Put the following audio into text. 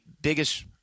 biggest